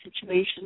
situations